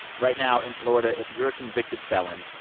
right now in florida, if you're a convicted felon,